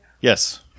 Yes